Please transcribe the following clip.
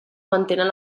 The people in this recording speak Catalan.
mantenen